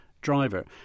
driver